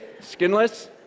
skinless